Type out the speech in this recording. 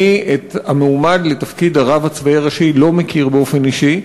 אני את המועמד לתפקיד הרב הצבאי הראשי לא מכיר באופן אישי,